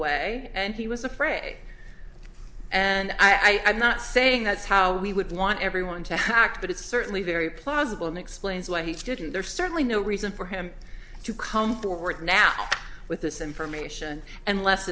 way and he was afraid and i'm not saying that's how we would want everyone to hack but it's certainly very plausible and explains why he didn't there's certainly no reason for him to come forward now with this information unless